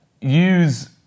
Use